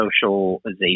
socialization